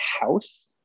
house